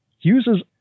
uses